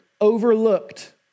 overlooked